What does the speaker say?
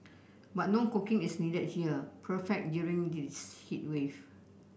but no cooking is needed here perfect during this heat wave